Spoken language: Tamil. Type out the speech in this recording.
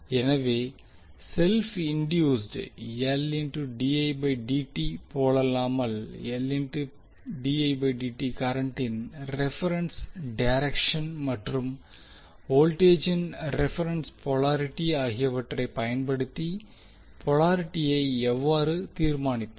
எனவே செல்ப் இண்டியூஸ்டு போலல்லாமல் கரண்டின் ரெபரன்ஸ் டைரெக்ஷன் மற்றும் வோல்டேஜின் ரெபரன்ஸ் போலாரிட்டி ஆகியவற்றை பயன்படுத்தி போலாரிட்டியை எவ்வாறு தீர்மானிப்பது